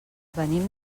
venim